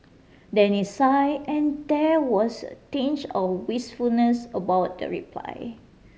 Danny sigh and there was a tinge of wistfulness about the reply